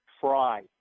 fry